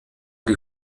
die